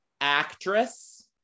Actress